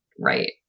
right